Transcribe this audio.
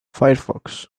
firefox